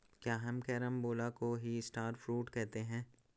क्या हम कैरम्बोला को ही स्टार फ्रूट कहते हैं?